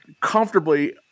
comfortably